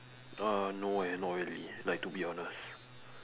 uh no eh not really like to be honest